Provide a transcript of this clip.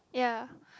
ya